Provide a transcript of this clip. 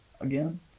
again